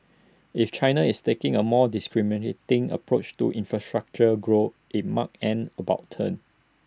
if China is taking A more discriminating approach to infrastructure grow IT marks an about turn